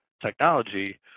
technology